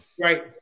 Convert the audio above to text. right